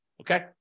okay